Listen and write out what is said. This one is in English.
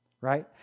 right